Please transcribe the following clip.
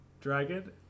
dragon